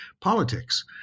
politics